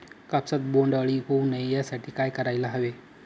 कापसात बोंडअळी होऊ नये यासाठी काय करायला हवे?